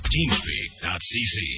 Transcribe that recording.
TeamSpeak.cc